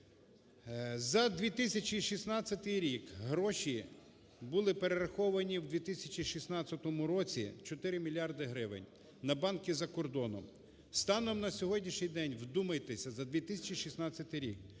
За 2016 рік гроші були перераховані, у 2016 році, 4 мільярди гривень на банки за кордоном. Станом на сьогоднішній день, вдумайтесь, за 2016 рік